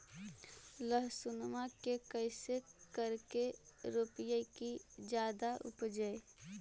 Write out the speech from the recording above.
लहसूनमा के कैसे करके रोपीय की जादा उपजई?